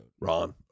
ron